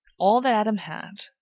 all that adam had,